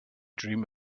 dream